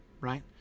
right